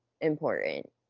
important